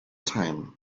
time